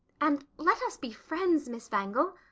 and let us be friends, miss wangel.